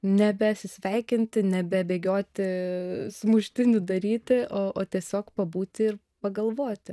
nebesisveikinti nebebėgioti sumuštinių daryti o o tiesiog pabūti ir pagalvoti